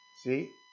See